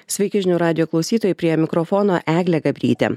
sveiki žinių radijo klausytojai prie mikrofono eglė gabrytė